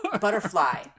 Butterfly